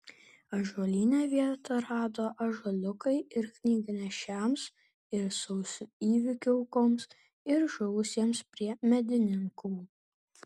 ąžuolyne vietą rado ąžuoliukai ir knygnešiams ir sausio įvykių aukoms ir žuvusiems prie medininkų